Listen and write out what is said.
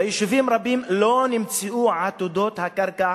ביישובים רבים לא נמצאו עתודות הקרקע